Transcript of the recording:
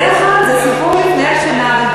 זה סיפור לפני השינה?